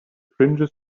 fringes